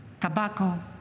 tobacco